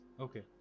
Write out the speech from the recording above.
okay